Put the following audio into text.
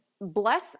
bless